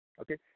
Okay